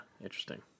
Interesting